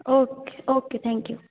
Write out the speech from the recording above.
okay okay thank you